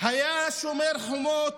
היה שומר חומות,